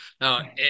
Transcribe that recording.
Now